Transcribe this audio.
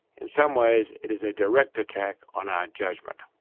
in some ways, it is a direct attack on our judgment.